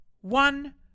one